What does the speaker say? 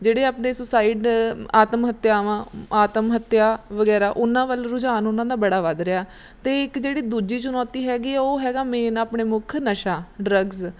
ਜਿਹੜੇ ਆਪਣੇ ਸੁਸਾਈਡ ਆਤਮ ਹੱਤਿਆਵਾਂ ਆਤਮ ਹੱਤਿਆ ਵਗੈਰਾ ਉਹਨਾਂ ਵੱਲ ਰੁਝਾਨ ਉਹਨਾਂ ਦਾ ਬੜਾ ਵੱਧ ਰਿਹਾ ਅਤੇ ਇੱਕ ਜਿਹੜੀ ਦੂਜੀ ਚੁਣੌਤੀ ਹੈਗੀ ਆ ਉਹ ਹੈਗਾ ਮੇਨ ਆਪਣੇ ਮੁੱਖ ਨਸ਼ਾ ਡਰੱਗਸ